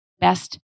best